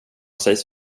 sägs